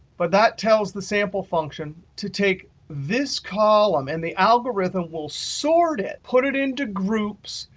but that tells the sample function to take this column, and the algorithm will sort it, put it into groups,